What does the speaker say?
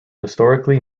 historically